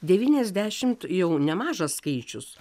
devyniasdešimt jau nemažas skaičius